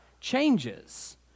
changes